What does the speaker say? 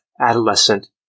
adolescent